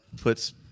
puts